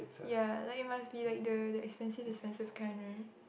ya like it must be like the the expensive expensive kind right